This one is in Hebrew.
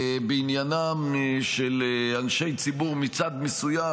בעניינם של אנשי ציבור מצד מסוים,